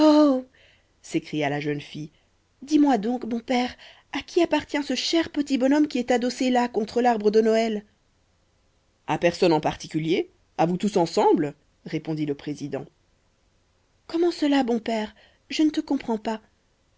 s'écria la jeune fille dis-moi donc bon père à qui appartient ce cher petit bonhomme qui est adossé là contre l'arbre de noël à personne en particulier à vous tous ensemble répondit le président comment cela bon père je ne te comprends pas